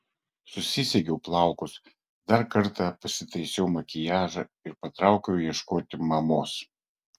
susisegiau plaukus dar kartą pasitaisiau makiažą ir patraukiau ieškoti mamos